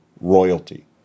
royalty